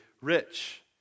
rich